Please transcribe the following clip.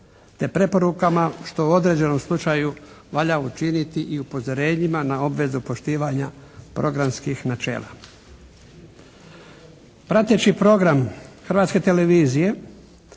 te preporukama što u određenom slučaju valja učiniti i upozorenjima na obvezu poštivanja programskih načela. Prateći program Hrvatske televizije